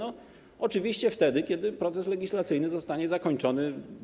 Oczywiście wtedy, kiedy proces legislacyjny zostanie zakończony.